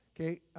okay